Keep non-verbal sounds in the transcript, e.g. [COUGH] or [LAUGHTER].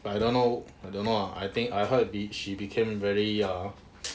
but I don't know I don't know lah I think I heard she became very err [NOISE]